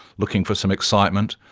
looking for some excitement.